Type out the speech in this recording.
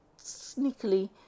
sneakily